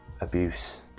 abuse